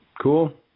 cool